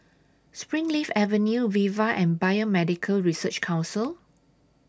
Springleaf Avenue Viva and Biomedical Research Council